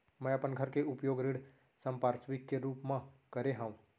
मै अपन घर के उपयोग ऋण संपार्श्विक के रूप मा करे हव